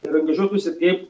angažuotųsi kaip